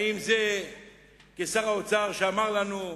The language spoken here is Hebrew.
האם כשר האוצר אמר לנו,